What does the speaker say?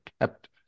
kept